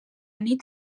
nit